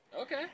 Okay